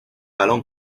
balón